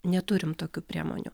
neturim tokių priemonių